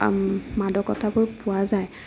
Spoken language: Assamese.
মাদকতাবোৰ পোৱা যায়